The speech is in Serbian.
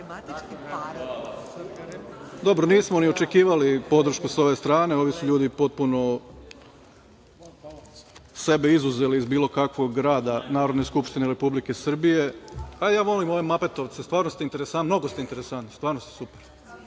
Dobro. Nismo ni očekivali podršku sa ove strane. Ovi su ljudi potpuno sebe izuzeli iz bilo kakvog rada Narodne skupštine Republike Srbije. A ja volim ove Mapetovce, stvarno ste interesantni, mnoge ste interesantni. Stvarno ste super.